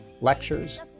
lectures